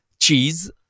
Cheese